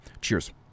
Cheers